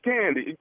Candy